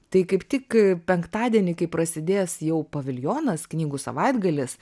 tai kaip tik penktadienį kai prasidės jau paviljonas knygų savaitgalis